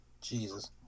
Jesus